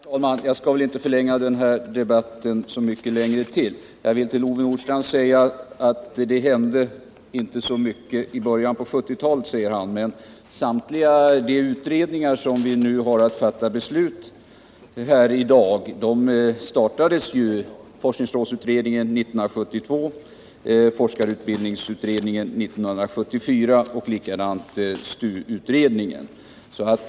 Herr talman! Jag skall inte förlänga den här debatten så mycket. Jag vill bara ta upp vad Ove Nordstrandh sade om att det inte hände så mycket i början på 1970-talet. Men samtliga de utredningar som ligger till grund för de beslut vi skall fatta här i dag startades ju under 1970-talet — forskningsrådsutredningen 1972, forskarutbildningsutredningen 1974 och STU-utredningen 1974.